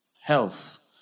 Health